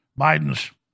Biden's